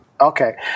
Okay